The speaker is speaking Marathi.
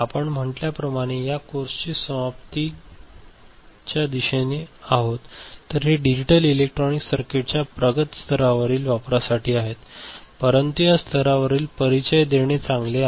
आपण म्हटल्याप्रमाणे या कोर्सच्या समाप्तीच्या दिशेने आहोत तर हे डिजिटल इलेक्ट्रॉनिक सर्किटच्या प्रगत स्तरावरील वापरासाठी आहेत परंतु या स्तरावर परिचय देणे चांगले आहे